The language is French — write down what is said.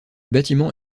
bâtiment